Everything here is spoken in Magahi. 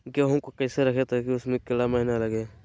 गेंहू को कैसे रखे ताकि उसमे कीड़ा महिना लगे?